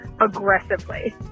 aggressively